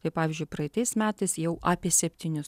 kaip pavyzdžiui praeitais metais jau apie septynis